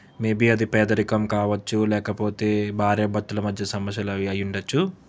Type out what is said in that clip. may be అది పేదరికం కావచ్చు లేకపోతే భార్య భర్తల మధ్య సమస్యలు అవి అయ్యుండచ్చు